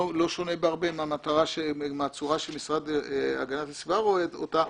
והיא לא שונה בהרבה מהצורה שהמשרד להגנת הסביבה רואה אותה,